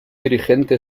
dirigente